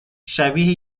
شبیه